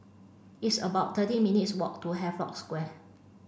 it's about thirty minutes walk to Havelock Square